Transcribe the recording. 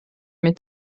mit